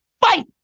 fight